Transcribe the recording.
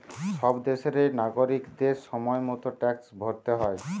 সব দেশেরই নাগরিকদের সময় মতো ট্যাক্স ভরতে হয়